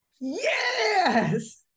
Yes